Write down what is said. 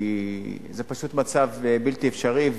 כי זה פשוט מצב בלתי אפשרי,